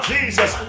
Jesus